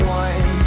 one